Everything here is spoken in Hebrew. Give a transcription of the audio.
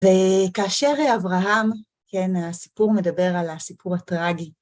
וכאשר אברהם, כן, הסיפור מדבר על הסיפור הטראגי.